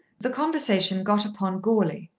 the conversation got upon goarly,